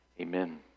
Amen